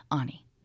Ani